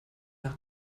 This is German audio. nach